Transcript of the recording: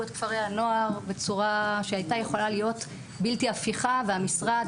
את כפרי הנוער בצורה שהיתה יכולה להיות בלתי הפיכה והמשרד,